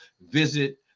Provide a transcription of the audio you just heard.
visit